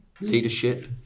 leadership